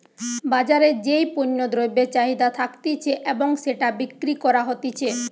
বাজারে যেই পণ্য দ্রব্যের চাহিদা থাকতিছে এবং সেটা বিক্রি করা হতিছে